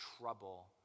trouble